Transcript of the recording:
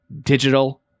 digital